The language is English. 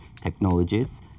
technologies